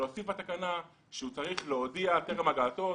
להוסיף בתקנה שהוא צריך להודיע טרם הגעתו.